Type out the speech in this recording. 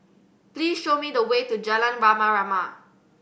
please show me the way to Jalan Rama Rama